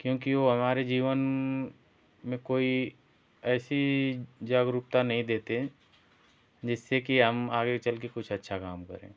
क्योंकि वो हमारे जीवन में कोई ऐसी जागरूकता नहीं देते जिससे कि हम आगे चल कर कुछ अच्छा काम करें